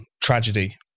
tragedy